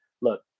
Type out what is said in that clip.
Look